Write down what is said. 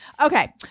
Okay